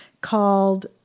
called